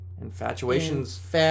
infatuations